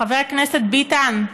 חבר הכנסת ביטן.